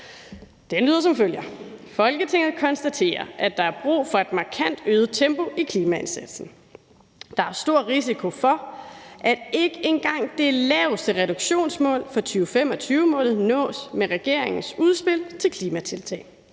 til vedtagelse »Folketinget konstaterer, at der er brug for et markant øget tempo i klimaindsatsen. Der er stor risiko for, at ikke engang det laveste reduktionsmål for 2025-målet nås med regeringens udspil til klimatiltag.